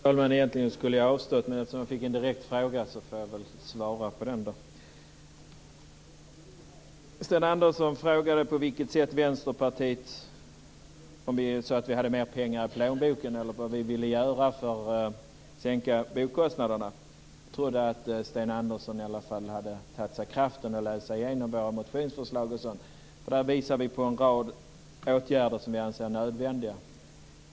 Fru talman! Egentligen skulle jag ha avstått från den här repliken, men eftersom jag fick en direkt fråga får jag väl svara på den, då. Sten Andersson frågade om Vänsterpartiet hade mera pengar i plånboken och vad vi vänsterpartister ville göra för att sänka byggkostnaderna. Jag trodde att Sten Andersson i alla fall hade tagit sig kraften att läsa igenom våra motionsförslag. Där visar vi på en rad åtgärder som vi anser nödvändiga.